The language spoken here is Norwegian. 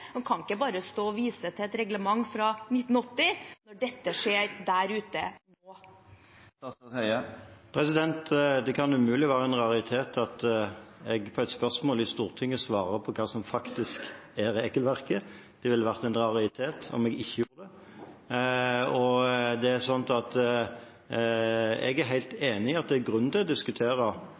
Han kan ikke bare stå og vise til et reglement fra 1980 når dette skjer der ute nå. Det kan umulig være en raritet at jeg på et spørsmål i Stortinget svarer på hva som faktisk er regelverket. Det ville vært en raritet om jeg ikke gjorde det. Jeg er helt enig i at det er grunn til å diskutere